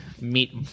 meet